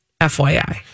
FYI